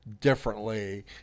differently